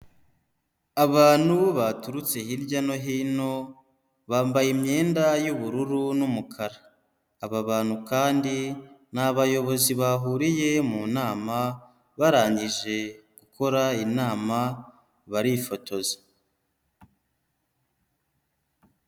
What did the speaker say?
Abantu baturutse hirya no hino, bambaye imyenda y'ubururu n'umukara, aba bantu kandi ni abayobozi bahuriye mu nama, barangije gukora inama barifotoza.